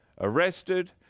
arrested